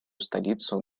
столицу